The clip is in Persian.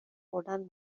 خوردن